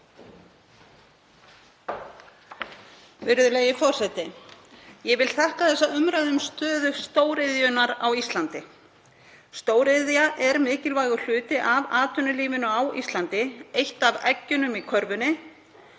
Virðulegi forseti. Ég þakka fyrir þessa umræðu um stöðu stóriðjunnar á Íslandi. Stóriðja er mikilvægur hluti af atvinnulífinu á Íslandi, eitt af eggjunum í körfunni.